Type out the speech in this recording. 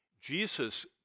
jesus